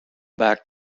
back